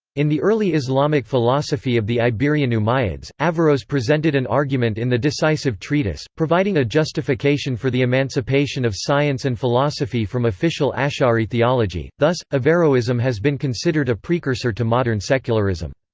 in the early islamic philosophy of the iberian umayyads, averroes presented an argument in the decisive treatise, providing a justification for the emancipation of science and philosophy from official ash'ari theology thus, averroism has been considered a precursor to modern secularism.